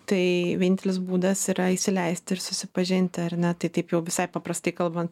tai vienintelis būdas yra įsileisti ir susipažinti ar ne tai taip jau visai paprastai kalbant